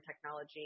technology